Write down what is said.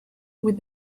with